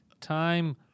time